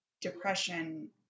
depression